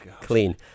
Clean